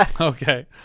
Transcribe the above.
okay